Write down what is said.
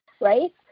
right